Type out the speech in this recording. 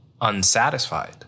unsatisfied